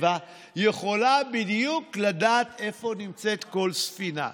ויכולה לדעת בדיוק איפה נמצאת כל ספינה.